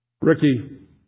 Ricky